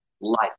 Life